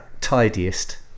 Tidiest